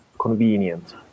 convenient